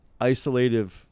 isolative